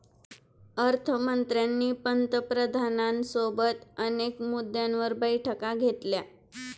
अर्थ मंत्र्यांनी पंतप्रधानांसोबत अनेक मुद्द्यांवर बैठका घेतल्या